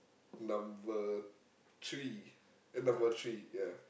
number three eh number three ya